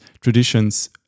traditions